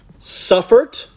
Suffered